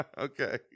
Okay